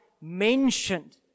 mentioned